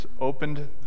opened